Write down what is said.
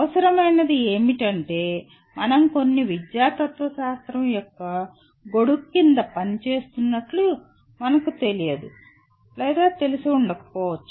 అవసరమైనది ఏమిటంటే మనం కొన్ని విద్యా తత్వశాస్త్రం యొక్క గొడుగు కింద పనిచేస్తున్నట్లు మనకు తెలియదు లేదా తెలియకపోవచ్చు